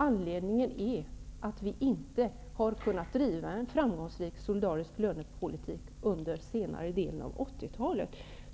Anledningen är att vi inte har kunnat driva en framgångsrik solidarisk lönepolitik under senare delen av 80-talet.